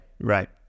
Right